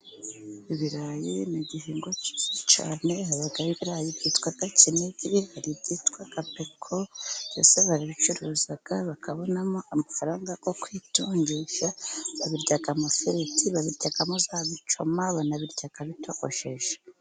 Ibirayi ni igihingwa cyiza cyane. Habaho ibirayi byitwa Kinigi, hari ibyitwa Gapeko. Byose barabicuruza bakabonamo amafaranga yo kwitungisha. Babiryamo amafiriti, babiryamo za bicoma, banabirya kandi bitogosheje